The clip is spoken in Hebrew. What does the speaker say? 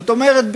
זאת אומרת,